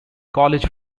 college